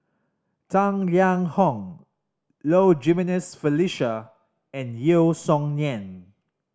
Tang Liang Hong Low Jimenez Felicia and Yeo Song Nian